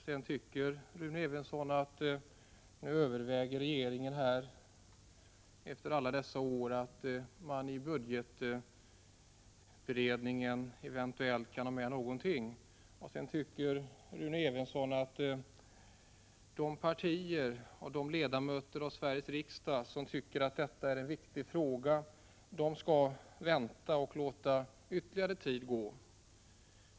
Sedan säger Rune Evensson att regeringen nu efter alla dessa år överväger att i budgetberedningen eventuellt föreslå förändring. Rune Evensson menar att de partier och ledamöter av Sveriges riksdag som tycker att detta är en viktig fråga skall vänta och låta ytterligare tid gå.